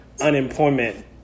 unemployment